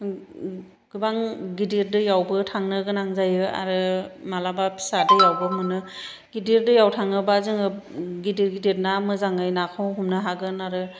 गोबां गिदिर दैआवबो थांनो गोनां जायो आरो माब्लाबा फिसा दैयावबो मोनो गिदिर दैयाव थांङोबा जोङो गिदिर गिदिर ना मोजाङै नाखौ हमनो हागोन आरो